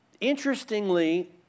interestingly